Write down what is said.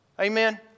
Amen